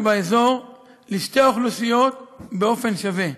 באזור לשתי האוכלוסיות באופן שווה.